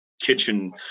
kitchen